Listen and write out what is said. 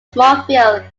smallville